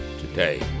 today